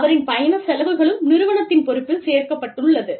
அவரின் பயண செலவுகளும் நிறுவனத்தின் பொறுப்பில் சேர்க்கப்பட்டுள்ளது